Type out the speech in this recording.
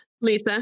lisa